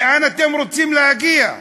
לאן אתם רוצים להגיע.